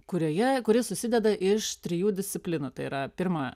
kurioje kuri susideda iš trijų disciplinų tai yra pirma